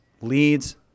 leads